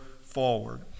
forward